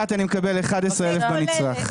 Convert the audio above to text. בנצרך.